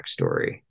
backstory